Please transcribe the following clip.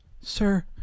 Sir